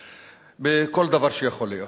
בכל דבר שיכול להיות.